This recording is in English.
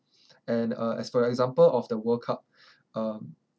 and uh as forr example of the world cup uh